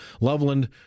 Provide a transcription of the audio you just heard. Loveland